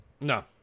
No